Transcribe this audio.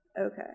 Okay